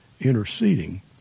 interceding